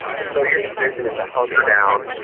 and so your decision is to hunker down,